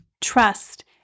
Trust